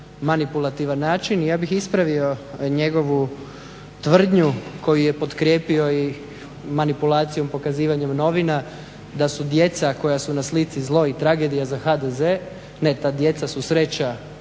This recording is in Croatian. manipulativan način i ja bih ispravio njegovu tvrdnju koju je potkrijepio i manipulacijom pokazivanjem novina da su djeca koja su na slici zlo i tragedija za HDZ. Ne, ta djeca su sreća